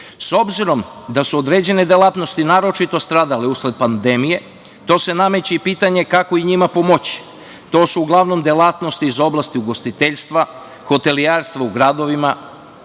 obzirom da su određene delatnosti naročito stradale usled pandemije, tu se nameće i pitanje kako i njima pomoći. To su uglavnom delatnosti iz oblasti ugostiteljstva, hotelijerstva u gradovima,